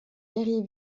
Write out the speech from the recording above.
guerriers